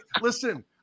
listen